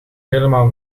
helemaal